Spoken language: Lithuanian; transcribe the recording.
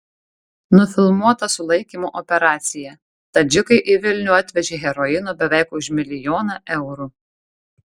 nufilmuota sulaikymo operacija tadžikai į vilnių atvežė heroino beveik už milijoną eurų